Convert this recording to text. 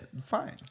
fine